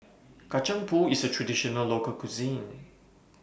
Kacang Pool IS A Traditional Local Cuisine